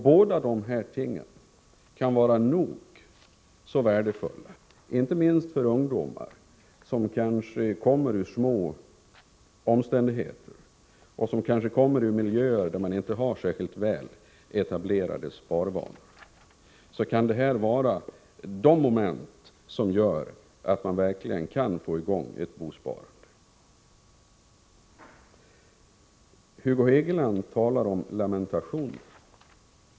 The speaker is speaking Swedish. Båda dessa ting kan vara nog så värdefulla, inte minst för ungdomar, som kanske lever i små omständigheter och kommer ur miljöer där man inte har särskilt väl etablerade sparvanor. De här momenten kan göra att man verkligen får i gång ett bosparande. Hugo Hegeland talar om lamentation.